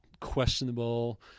questionable